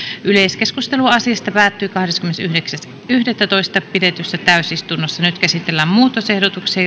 yleiskeskustelu asiasta päättyi kahdeskymmenesyhdeksäs yhdettätoista kaksituhattaseitsemäntoista pidetyssä täysistunnossa nyt käsitellään muutosehdotukset